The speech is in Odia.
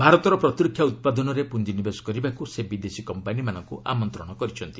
ଭାରତର ପ୍ରତିରକ୍ଷା ଉତ୍ପାଦନରେ ପୁଞ୍ଜିନିବେଶ କରିବାକୁ ସେ ବିଦେଶୀ କମ୍ପାନୀମାନଙ୍କୁ ଆମନ୍ତ୍ରଣ କରିଛନ୍ତି